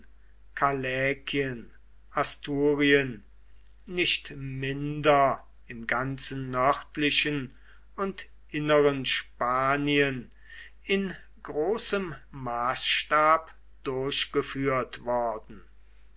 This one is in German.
asturien nicht minder im ganzen nördlichen und inneren spanien in großem maßstab durchgeführt worden